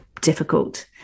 difficult